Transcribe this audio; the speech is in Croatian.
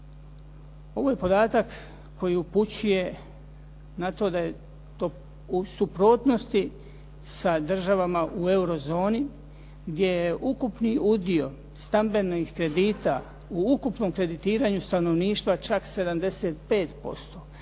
Ovo je podatak koji upućuje na to da je u suprotnosti sa državama u eruozoni, gdje je ukupni udio stambenih kredita u ukupnom kreditiranju stanovništva čak 75%.